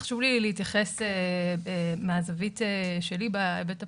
חשוב לי להתייחס מהזווית שלי בהיבט הפלילי.